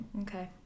okay